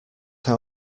how